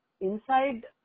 inside